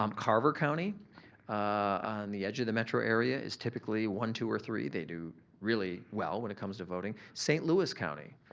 um carver county on the edge of the metro area is typically one, two, or three. they do really well when it comes to voting. st. louis county